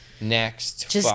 next